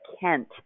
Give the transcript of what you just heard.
Kent